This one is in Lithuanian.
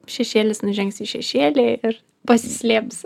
šešėlis nužengs į šešėlį ir pasislėps